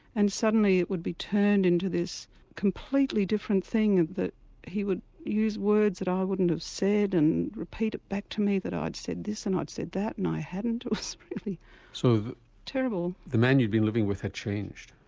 and suddenly it would be turned into this completely different thing that he would use words that i wouldn't have said, and repeat it back to me that i'd said this and i'd said that, and i hadn't. it was really sort of terrible. so the man you had been living with had changed?